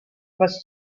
was